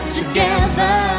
together